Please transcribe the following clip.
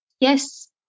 Yes